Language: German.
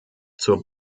zur